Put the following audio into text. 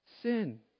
sin